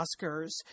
Oscars